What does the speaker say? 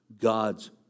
God's